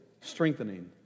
strengthening